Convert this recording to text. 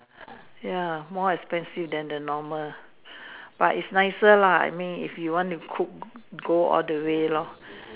ya more expensive than the normal but is nicer lah I mean if you want to cook go all the way lor